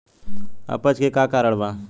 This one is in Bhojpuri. अपच के का कारण बा?